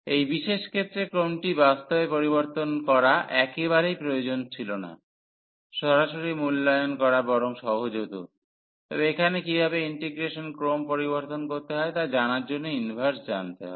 এই বিশেষ ক্ষেত্রে ক্রমটি বাস্তবে পরিবর্তন করা একেবারেই প্রয়োজন ছিল না সরাসরি মূল্যায়ন করা বরং সহজ হত তবে এখানে কীভাবে ইন্টিগ্রেশনের ক্রম পরিবর্তন করতে হয় তা জানার জন্য ইনভার্স জানতে হবে